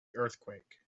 earthquake